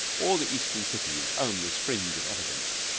all the eastern cities own this fringe of elegance,